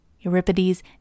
Euripides